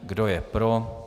Kdo je pro?